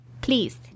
please